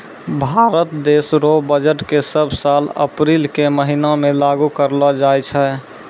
भारत देश रो बजट के सब साल अप्रील के महीना मे लागू करलो जाय छै